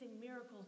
miracles